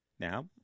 Now